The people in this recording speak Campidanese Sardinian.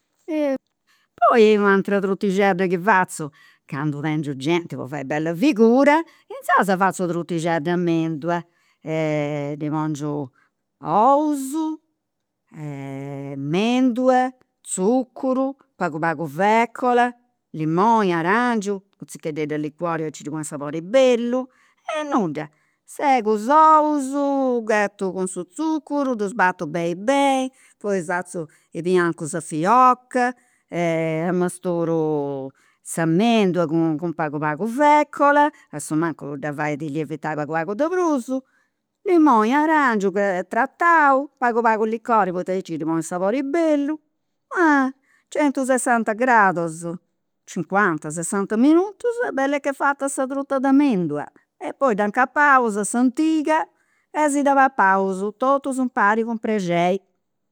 poi u' atera trutixedda chi fatzu candu tengiu genti po fai bella figura, insaras fatzu una trutixedda 'e mendula, ddi 'pongiu ous, mendula, tzuccuru pagu pagu fecola, limoni arangiu, u' tzichededd'e licuori aici ponit sabori bellu, e nudda, segu is ous, ghetu cun su tzuccuru, ddu sbattu beni beni, poi fatzu i' biancus a fiocca amesturu sa mendula cu pagu pagu fecola, asumancus ddas fait lievitai pagu pagu de prus, limoni arangiu tratau, pagu pagu licuori aici ddi ponni sabori bellu centusessant gradus, cincuanta sessanta minutus e bell'e che fata sa truta de mendula e poi dda incapaus a s'antiga e si dda papaus totus impari cun prexeri